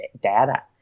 data